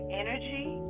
energy